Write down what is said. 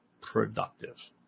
productive